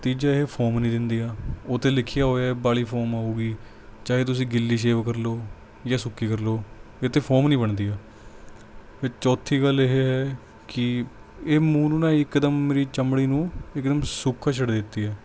ਤੀਜਾ ਇਹ ਫੋਰਮ ਨਹੀਂ ਦਿੰਦੀ ਆ ਉਹ 'ਤੇ ਲਿਖਿਆ ਹੋਇਆ ਬਾਹਲੀ ਫੋਮ ਹੋਵੇਗੀ ਚਾਹੇ ਤੁਸੀਂ ਗਿੱਲੀ ਸ਼ੇਵ ਕਰ ਲਓ ਜਾਂ ਸੁੱਕੀ ਕਰ ਲਓ ਇਹ 'ਤੇ ਫੋਮ ਨਹੀਂ ਬਣਦੀ ਆ ਅਤੇ ਚੌਥੀ ਗੱਲ ਇਹ ਹੈ ਕਿ ਇਹ ਮੂੰਹ ਨੂੰ ਨਾ ਇੱਕ ਦਮ ਮੇਰੀ ਚਮੜੀ ਨੂੰ ਇਕਦਮ ਸੋਕਾ ਛੱਡ ਦਿੱਤੀ ਹੈ